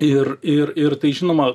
ir ir ir tai žinoma